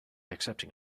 accepting